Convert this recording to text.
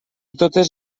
totes